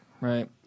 Right